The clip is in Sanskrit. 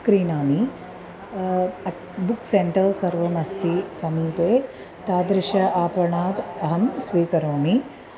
क्रीणामि अट् बुक् सेण्टर् सर्वमस्ति समीपे तादृशात् आपणात् अहं स्वीकरोमि